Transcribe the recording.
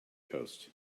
coast